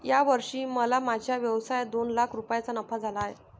या वर्षी मला माझ्या व्यवसायात दोन लाख रुपयांचा नफा झाला आहे